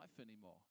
anymore